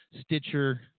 Stitcher